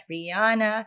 Rihanna